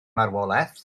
marwolaeth